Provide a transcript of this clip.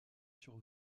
sur